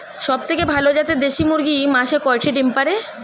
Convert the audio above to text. সবথেকে ভালো জাতের দেশি মুরগি মাসে কয়টি ডিম পাড়ে?